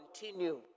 continue